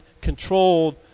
controlled